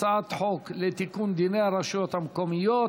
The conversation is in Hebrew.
הצעת חוק לתיקון דיני הרשויות המקומיות